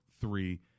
three